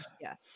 Yes